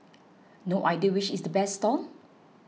no idea which is the best stall